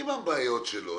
עם הבעיות שלו.